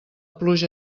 pluja